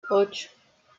ocho